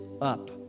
up